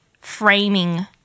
framing